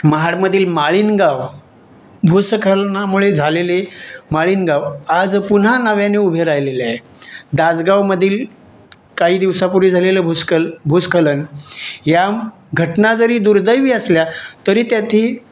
महाडमधील माळीण गांव भूस्खलनामुळे झालेले माळीण गांव आज पुन्हा नव्याने उभे राहिलेले आहे दासगांवमधील काही दिवसापूर्वी झालेलं भूस्खल भूस्खलन या घटना जरी दुर्दैवी असल्या तरी त्यातील